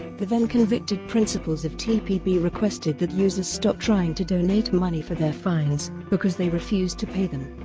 the then-convicted principals of tpb requested that users stop trying to donate money for their fines, because they refused to pay them.